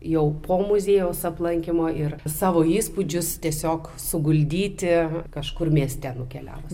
jau po muziejaus aplankymo ir savo įspūdžius tiesiog suguldyti kažkur mieste nukeliavus